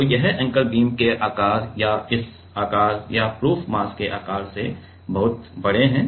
तो ये anchor beam के आकार या इस आकार या प्रूफ मास के आकार से बहुत बड़े हैं